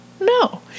No